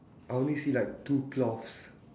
I only see like two cloths